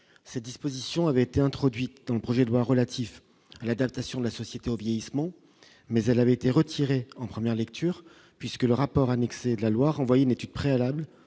cette disposition avait été introduite dans le projet de loi relatif à l'adaptation de la société au vieillissement, mais elle avait été retiré en première lecture, puisque le rapport annexé de la loi renvoyé une études préalables